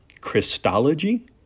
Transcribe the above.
Christology